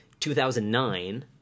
2009